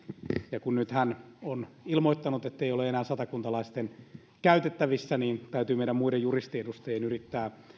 ja kun nyt hän on ilmoittanut ettei ole enää satakuntalaisten käytettävissä niin täytyy meidän muiden juristiedustajien yrittää